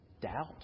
doubt